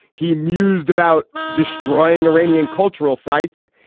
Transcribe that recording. he mused about destroying iranian cultural sites.